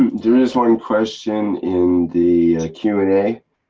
there's is one question in the. q and a.